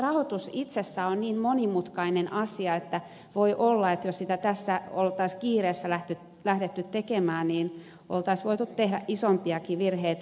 rahoitus itsessään on niin monimutkainen asia että voi olla että jos sitä tässä olisi kiireessä lähdetty tekemään niin olisi voitu tehdä isompiakin virheitä